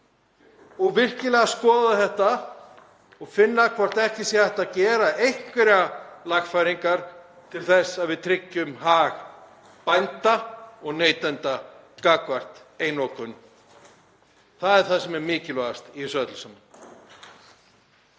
og skoða þetta og finna hvort ekki sé hægt að gera einhverjar lagfæringar til að við tryggjum hag bænda og neytenda gagnvart einokun. Það er það sem er mikilvægast í þessu öllu saman.